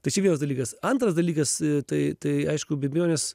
tai čia vienas dalykas antras dalykas tai tai aišku be abejonės